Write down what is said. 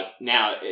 Now